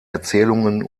erzählungen